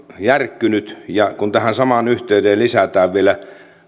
järkkynyt kun tähän samaan yhteyteen lisätään vielä